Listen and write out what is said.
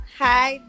hi